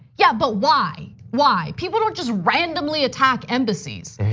yeah, but why, why? people don't just randomly attack embassies,